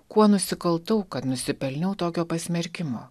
kuo nusikaltau kad nusipelniau tokio pasmerkimo